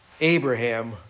Abraham